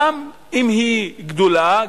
גם אם היא גדולה,